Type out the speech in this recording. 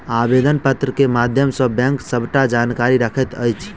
आवेदन पत्र के माध्यम सॅ बैंक सबटा जानकारी रखैत अछि